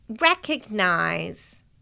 recognize